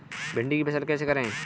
भिंडी की फसल कैसे करें?